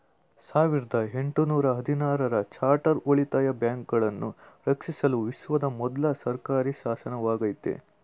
ಸಾವಿರದ ಎಂಟು ನೂರ ಹದಿನಾರು ರ ಚಾರ್ಟರ್ ಉಳಿತಾಯ ಬ್ಯಾಂಕುಗಳನ್ನ ರಕ್ಷಿಸಲು ವಿಶ್ವದ ಮೊದ್ಲ ಸರ್ಕಾರಿಶಾಸನವಾಗೈತೆ